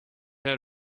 had